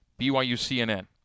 BYUCNN